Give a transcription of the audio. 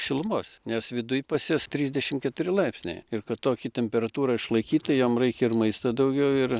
šilumos nes viduj pas jas trisdešimt keturi laipsniai ir kad tokį temperatūrą išlaikyti jom reikia ir maisto daugiau ir